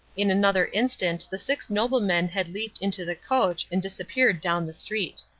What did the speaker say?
in another instant the six noblemen had leaped into the coach and disappeared down the street.